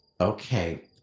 Okay